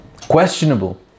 questionable